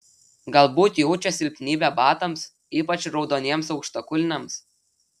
galbūt jaučia silpnybę batams ypač raudoniems aukštakulniams